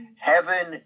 Heaven